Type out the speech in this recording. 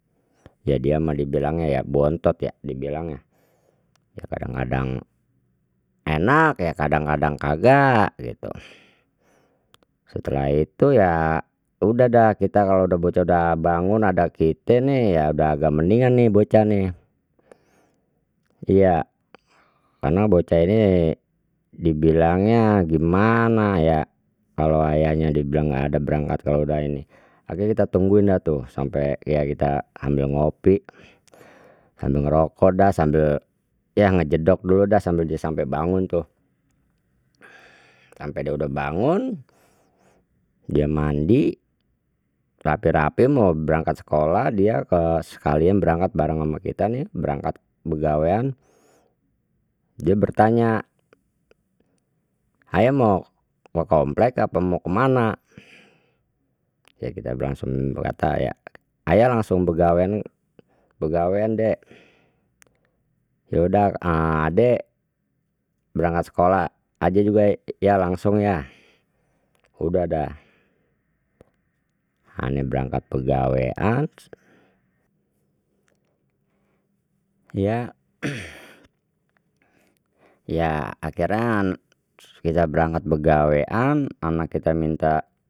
Ya dia mah dibilangnya ya bontot ya dibilangnya ya kadang kadang enak ya kadang kadang kagak gitu, setelah itu ya udah dah kita kalau bocah udah bangun ada kite nih ya udah agak mendingan nih bocah nih iya, karena bocah ini dibilangnya gimana ya kalau ayahnya dibilang nggak ada berangkat kalau udah ini akhirnya kita tungguin dah tu sampe ya kita sambil ngopi sambil ngrokok dah sambil ya ngejedok dulu dah sambil dia sampai bangun tuh, sampai dia udah bangun, dia mandi rapi rapi mau berangkat sekolah dia ke sekalian berangkat bareng ama kita ni berangkat begawean dia bertanya ayah mau ke komplek apa mau kemana ya kita ayah langsung begawean begawean dik, ya udah adik berangkat sekolah aja juga ya langsung ya udah dah ane berangkat begawean ya ya akhirnya kita berangkat begawean anak kita minta.